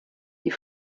die